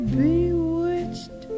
bewitched